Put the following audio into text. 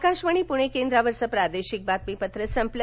आकाशवाणी पुणे केंद्रावरचं प्रादेशिक बातमीपत्र संपलं